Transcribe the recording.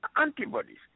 antibodies